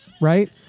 Right